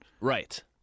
Right